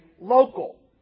local